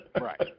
right